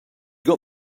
got